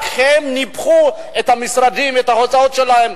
רק הם ניפחו את המשרדים ואת ההוצאות שלהם